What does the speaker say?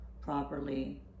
properly